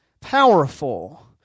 powerful